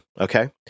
Okay